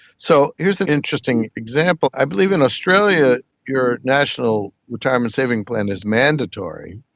so here's an interesting example. i believe in australia your national retirement saving plan is mandatory.